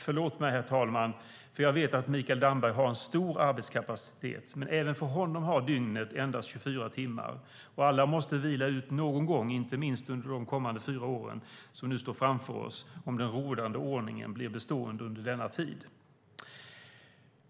Förlåt mig, herr talman, för jag vet att Mikael Damberg har stor arbetskapacitet, men även för honom har dygnet endast 24 timmar och alla måste vila ut någon gång, inte minst under de kommande fyra åren som nu är framför oss, om den rådande ordningen blir bestående under denna tid.